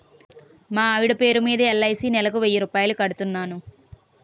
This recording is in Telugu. మా ఆవిడ పేరు మీద ఎల్.ఐ.సి నెలకు వెయ్యి రూపాయలు కడుతున్నాను